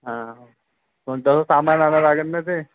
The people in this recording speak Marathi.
हां कोणतं सामान आणावं लागेल ना ते